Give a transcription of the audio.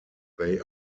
they